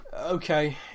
okay